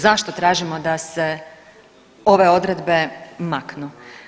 Zašto tražimo da se ove odredbe maknu?